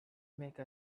make